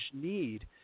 need